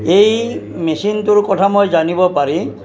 এই মেচিনটোৰ কথা মই জানিব পাৰি